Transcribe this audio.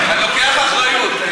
אני לוקח אחריות.